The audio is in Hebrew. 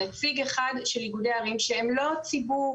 נציג אחד של איגודי הערים שהם לא ציבור